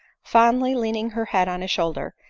fondly leaning her head on his shoulder,